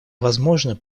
возможно